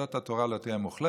זאת התורה לא תהיה מוחלפת.